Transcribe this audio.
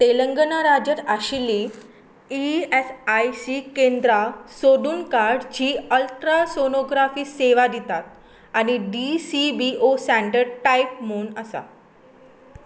तेलंगना राज्यांत आशिल्ली E F I C केंद्रां सोदून काड जीं अल्ट्रासोनोग्राफी सेवा दितात आनी D C B O centre type म्हूण आसा